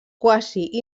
quasi